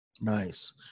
Nice